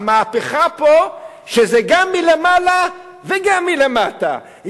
המהפכה פה שזה גם מלמעלה וגם מלמטה,